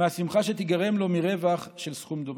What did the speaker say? מהשמחה שתיגרם לו מרווח של סכום דומה.